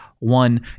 one